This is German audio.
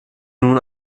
nun